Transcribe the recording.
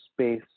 space